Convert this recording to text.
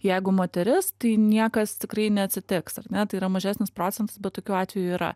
jeigu moteris tai niekas tikrai neatsitiks ar ne tai yra mažesnis procentas bet tokiu atvejų yra